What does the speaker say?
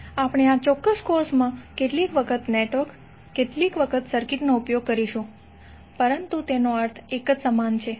આપણે આ ચોક્કસ કોર્સ માં પણ કેટલીક વખત નેટવર્ક કેટલીક વખત સર્કિટ નો ઉપયોગ કરીશું પરંતુ તેનો અર્થ સમાન જ છે